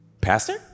Pastor